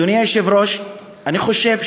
אדוני היושב-ראש, אני חושב